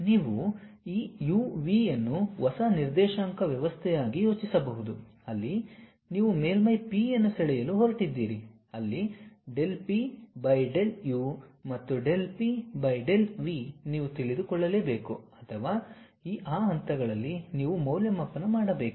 ನೀವು ಈ U V ಅನ್ನು ಹೊಸ ನಿರ್ದೇಶಾಂಕ ವ್ಯವಸ್ಥೆಯಾಗಿ ಯೋಚಿಸಬಹುದು ಅಲ್ಲಿ ನೀವು ಮೇಲ್ಮೈ P ಅನ್ನು ಸೆಳೆಯಲು ಹೊರಟಿದ್ದೀರಿ ಅಲ್ಲಿ del P by del u ಮತ್ತು del P by del v ನೀವು ತಿಳಿದುಕೊಳ್ಳಬೇಕು ಅಥವಾ ಆ ಹಂತಗಳಲ್ಲಿ ನೀವು ಮೌಲ್ಯಮಾಪನ ಮಾಡಬೇಕು